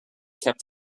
kept